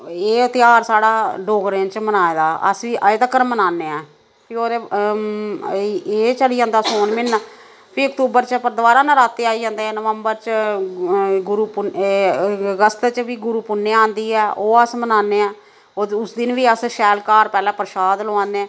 एह् ध्यार साढ़ा डोगरें च मनाए दा अस बी अज्ज तग्गर मनाने ऐं फिर होर एह् चली जंदा सौन म्हीना फ्ही अक्टूबर च दोबारा नराते आई जंदे नवम्बर च गुरू पु'न्नेआं एह् अगस्त च बी गुरू पु'न्नेआं आई जंदी ऐ ते ओह् अस मनाने आं उस दिन बी अस शैल घर पैह्लें परशाद लोआने